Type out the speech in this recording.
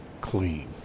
clean